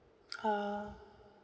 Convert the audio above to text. ah